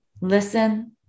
Listen